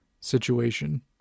situation